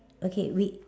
okay we